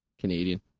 Canadian